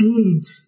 Deeds